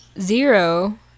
Zero